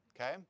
okay